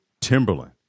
Timberland